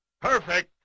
Perfect